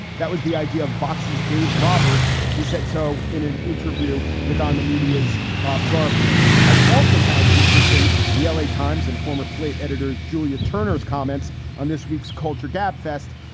that was the idea of vox's dave roberts. he said so in an interview with on the media's bob garfield. i also found it interesting, the l a. times and former slate editors julia turner's comments on this week's culture gab fest,